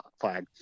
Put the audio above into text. flag